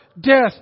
death